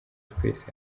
twese